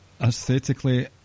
aesthetically